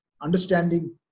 understanding